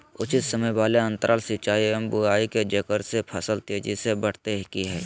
उचित समय वाले अंतराल सिंचाई एवं बुआई के जेकरा से फसल तेजी से बढ़तै कि हेय?